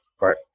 right